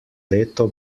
leto